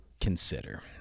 consider